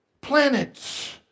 planets